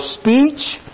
speech